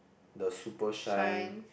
the super shine